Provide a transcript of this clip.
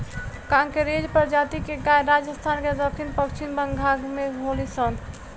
कांकरेज प्रजाति के गाय राजस्थान के दक्षिण पश्चिम भाग में होली सन